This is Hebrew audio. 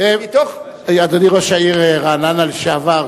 אדוני ראש העיר רעננה לשעבר,